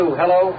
hello